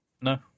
No